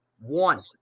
One